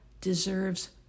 deserves